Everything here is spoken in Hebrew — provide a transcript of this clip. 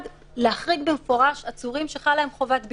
יש רפורמות שמחכות על המדף.